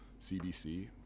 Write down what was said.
CBC